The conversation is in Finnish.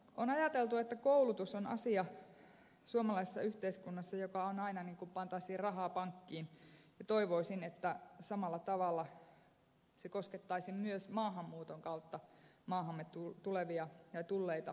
on ajateltu että koulutus on suomalaisessa yhteiskunnassa aina sellainen asia että on niin kuin pantaisiin rahaa pankkiin ja toivoisin että samalla tavalla se koskettaisi myös maahanmuuton kautta maahamme tulevia tai tulleita asettuneita nuoria